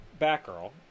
Batgirl